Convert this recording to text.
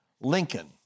Lincoln